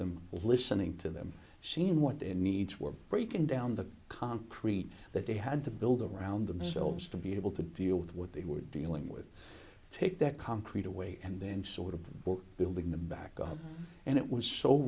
them listening to them seen what their needs were breaking down the concrete that they had to build around themselves to be able to deal with what they were dealing with take that concrete away and then sort of building the back up and it was